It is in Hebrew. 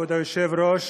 כבוד היושב-ראש,